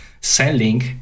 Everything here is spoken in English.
selling